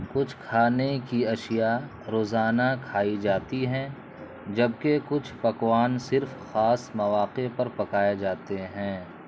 کچھ کھانے کی اشیا روزانہ کھائی جاتی ہیں جبکہ کچھ پکوان صرف خاص مواقع پر پکائے جاتے ہیں